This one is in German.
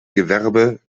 gewerbe